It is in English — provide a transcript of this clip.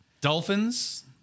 Dolphins